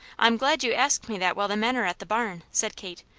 i'm glad you asked me that while the men are at the barn, said kate.